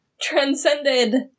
transcended